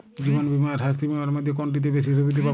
জীবন বীমা আর স্বাস্থ্য বীমার মধ্যে কোনটিতে বেশী সুবিধে পাব?